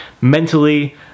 mentally